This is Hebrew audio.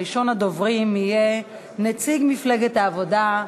ראשון הדוברים יהיה נציג מפלגת העבודה,